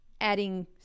adding